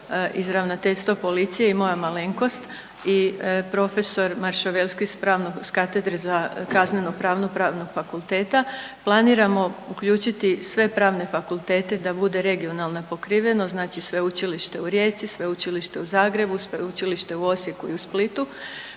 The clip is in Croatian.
iz Ravnateljstva policije i moja malenkost i profesor Maršavelski s pravnog, s Katedre za kazneno pravo Pravnog fakulteta. Planiramo uključiti sve pravne fakultete da bude regionalna pokrivenost, znači Sveučilište u Rijeci, Sveučilište u Zagrebu, Sveučilište u Osijeku i u Splitu.